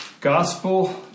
gospel